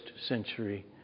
century